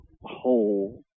whole